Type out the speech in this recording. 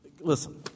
Listen